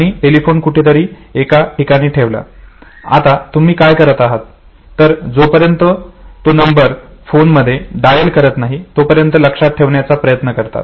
आणि टेलिफोन कुठेतरी एका ठिकाणी ठेवला आणि आता तुम्ही काय करत आहात तर जोपर्यंत तो नंबर फोन मध्ये डायल करत नाही तोपर्यंत तो लक्षात ठेवण्याचा प्रयत्न करतात